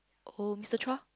oh Mister Chua